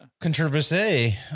Controversy